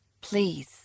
Please